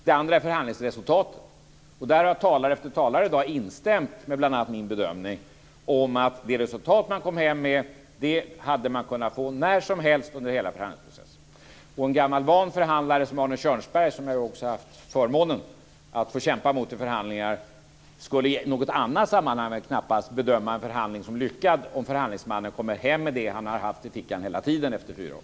Det andra är förhandlingsresultatet. Där har talare efter talare i dag instämt i bl.a. min bedömning att det resultat man kom hem med hade man kunnat få när som helst under hela förhandlingsprocessen. En gammal van förhandlare som Arne Kjörnsberg, som jag också har haft förmånen att få kämpa mot i förhandlingar, skulle i något annat sammanhang knappast bedöma en förhandling som lyckad om förhandlingsmannen kom hem med det han har haft i fickan hela tiden under fyra år.